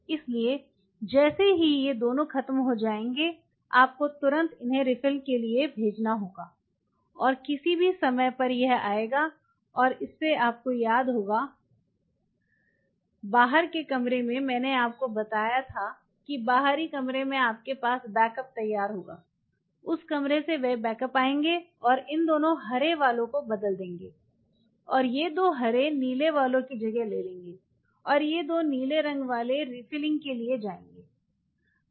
इसलिए जैसे ही ये दोनों खत्म हो जाएंगे आपको तुरंत इन्हें रिफिल के लिए भेजना होगा और किसी भी समय यह आएगा और इससे आपको याद होगा बाहर के कमरे में मैंने आपको बताया था कि बाहरी कमरे में आपके पास बैकअप तैयार होगा उस कमरे से वे बैकअप आएंगे और इन दो हरे वाले को बदल देंगे और ये दो हरे नीले वालो की जगह ले लेंगे और ये दो नीले रंग वाले रिफिलिंग के लिए जाएंगे